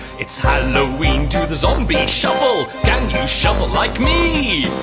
it's halloween, do the zombie shuffle. can you shuffle like me?